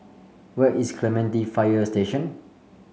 where is Clementi Fire Station